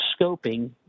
scoping